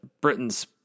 Britain's